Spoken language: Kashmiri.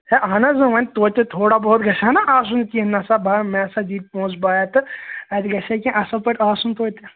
ہے اَہَن حظ وۅنۍ توتہِ تھوڑا بہت گَژھِ ہے نا آسُن کیٚنٛہہ نَسا بایا مےٚ ہَسا دِتۍ پۅنٛسہٕ بایا تہٕ اَتہِ گَژھِ ہے کیٚنٛہہ اَصٕل پٲٹھۍ آسُن توتہِ